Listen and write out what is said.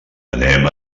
anem